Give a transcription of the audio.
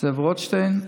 זאב רוטשטיין: